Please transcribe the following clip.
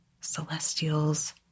celestials